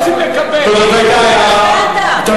זאת היתה הערה, את זה הם לא רוצים לקבל.